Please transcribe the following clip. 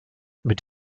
mit